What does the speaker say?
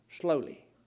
slowly